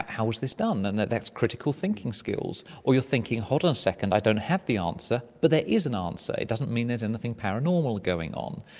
how was this done? and that's critical thinking skills. or you're thinking, hold on a second, i don't have the answer but there is an um answer, it doesn't mean there's anything paranormal going on.